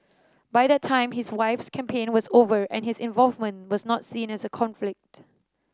by that time his wife's campaign was over and his involvement was not seen as a conflict